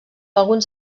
alguns